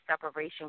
separation